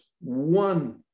one